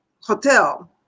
hotel